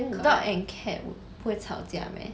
dog and cat 不会吵架 meh